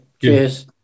Cheers